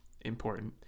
important